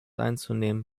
einzunehmen